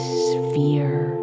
sphere